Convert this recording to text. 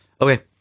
Okay